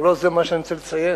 אבל לא זה מה שאני רוצה לציין.